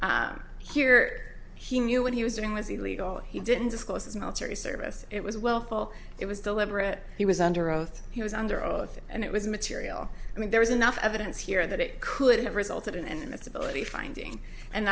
sense here he knew what he was doing was illegal he didn't disclose his military service it was well full it was deliberate he was under oath he was under oath and it was material i mean there was enough evidence here that it could have resulted in and its ability finding an